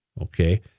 Okay